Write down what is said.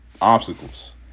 obstacles